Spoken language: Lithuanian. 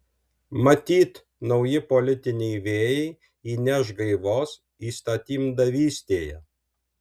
matyt nauji politiniai vėjai įneš gaivos įstatymdavystėje